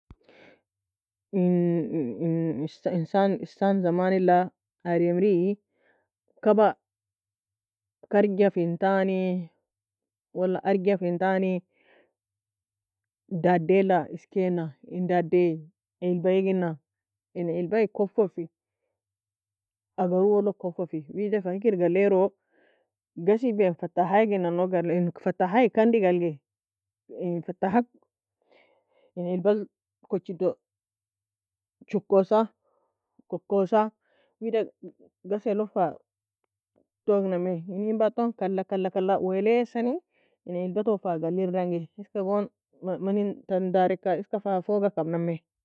En esan زمان la kaba karga fentani ولا arga fen tani dadei la eskana en dadie علبة egena en علبة koffa fi agar owoe log koffa fi. Wida fa hikir galairo ghasie فتاحة egenan log en فتاحة kandi ga algi en فتاحة ga علبة en kochi dou chokosa kokosa ghasie log fa tooge nami enn bata ghasie log kala kala welasani en علبة toe fa galirdangi eska gon tela dari ka fa foaga kab nami